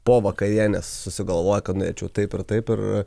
po vakarienės susigalvoja kad norėčiau taip ir taip ir